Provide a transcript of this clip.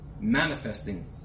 manifesting